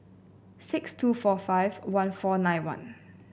six two four five one four nine one